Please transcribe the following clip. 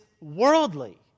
worldly